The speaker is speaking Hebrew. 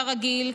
כרגיל,